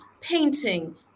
painting